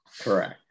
Correct